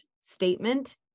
statement